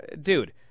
Dude